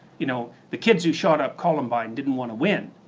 you know the kids who shot up columbine didnt want to win,